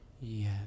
Yes